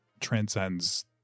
transcends